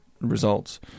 results